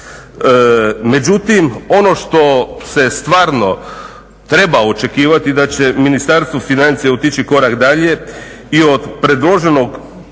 Međutim, ono što se stvarno treba očekivati da će Ministarstvo financija otići korak dalje i od predloženog